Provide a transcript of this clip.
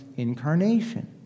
incarnation